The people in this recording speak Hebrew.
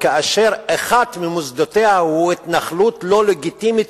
כאשר אחד ממוסדותיה הוא התנחלות לא לגיטימית,